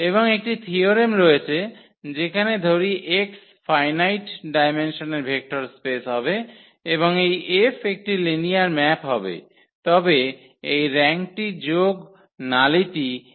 এবং একটি থিয়োরেম রয়েছে যেখানে ধরি X ফাইনাইট ডায়মেনসনের ভেক্টর স্পেস হবে এবং এই F একটি লিনিয়ার ম্যাপ হবে তবে এই র্যাঙ্কটি যোগ নালিটি X এর ডায়মেনসন হবে